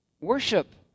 Worship